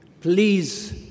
please